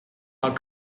not